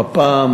בפעם